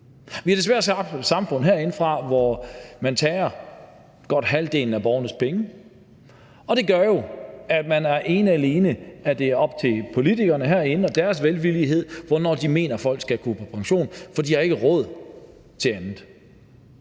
Vi har desværre skabt et samfund herindefra, hvor man tager godt halvdelen af borgernes penge, og det gør jo, at det ene og alene er op til politikerne herinde og deres velvillighed, hvornår de mener folk skal gå på pension, for borgerne har ikke råd til andet.